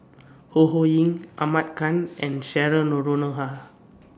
Ho Ho Ying Ahmad Khan and Cheryl Noronha